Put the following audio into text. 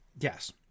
yes